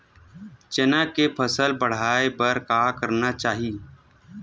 चना के फसल बढ़ाय बर का करना चाही?